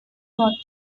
not